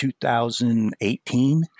2018